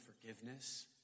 forgiveness